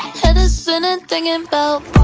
head is spinnin' thinkin' about